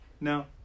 no